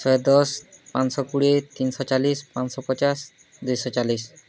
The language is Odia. ଶହେ ଦଶ ପାଞ୍ଚ ଶହ କୋଡ଼ିଏ ତିନିଶ ଚାଳିଶି ପାଞ୍ଚଶହ ପଚାଶ ଦୁଇଶହ ଚାଳିଶି